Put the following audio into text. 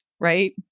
right